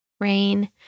Rain